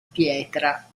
pietra